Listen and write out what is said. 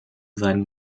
seinen